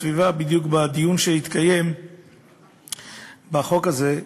הסביבה בדיוק בדיון שהתקיים בחוק הזה.